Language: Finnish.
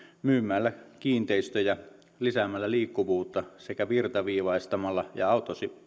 myymällä kiinteistöjä lisäämällä liikkuvuutta sekä virtaviivaistamalla ja